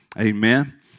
Amen